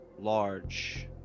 Large